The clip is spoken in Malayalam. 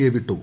എ വിട്ടു